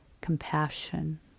compassion